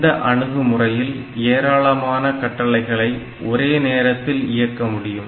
இந்த அணுகுமுறையில் ஏராளமான கட்டளைகளை ஒரே நேரத்தில் இயக்க முடியும்